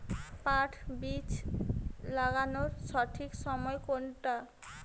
পাট বীজ লাগানোর সঠিক সময় কোনটা?